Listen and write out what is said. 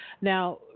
now